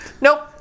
Nope